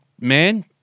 man